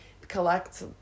collect